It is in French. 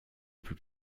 plus